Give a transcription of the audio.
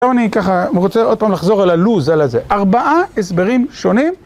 היום אני ככה רוצה עוד פעם לחזור על הלוז על הזה, ארבעה הסברים שונים.